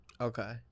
Okay